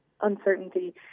uncertainty